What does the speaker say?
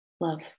Love